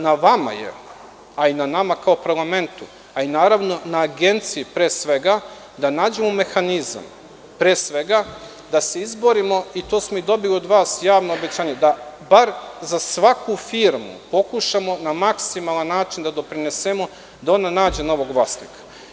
Na vama je, i na nama kao parlamentu, a naravno i na Agenciji, pre svega, da nađemo mehanizam da se izborimo, i to smo i dobili od vas, javno obećanje, da bar za svaku firmu pokušamo na maksimalan način da doprinesemo da ona nađe novog vlasnika.